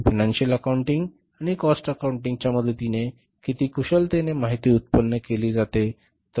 financial accounting आणि cost account च्या मदतीने किती कुशलतेने माहिती उत्पन्न केली जाते